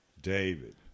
David